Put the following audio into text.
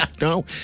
No